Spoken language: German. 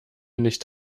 nicht